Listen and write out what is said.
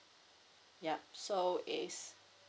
ya so it's